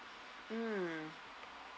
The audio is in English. mm